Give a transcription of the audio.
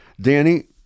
Danny